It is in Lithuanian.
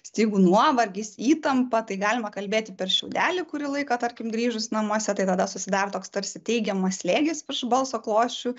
stygų nuovargis įtampa tai galima kalbėti per šiaudelį kurį laiką tarkim grįžus namuose tai tada susidaro toks tarsi teigiamas slėgis virš balso klosčių